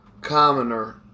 commoner